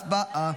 הצבעה.